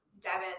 Devin